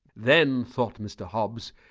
then, thought mr hobbes,